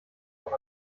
noch